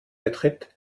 betritt